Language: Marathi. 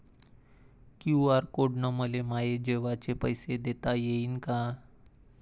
क्यू.आर कोड न मले माये जेवाचे पैसे देता येईन का?